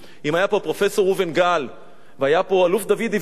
היה פה הפרופסור ראובן גל והיה פה האלוף דוד עברי,